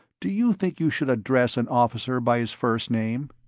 do you think you should address an officer by his first name?